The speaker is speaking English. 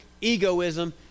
egoism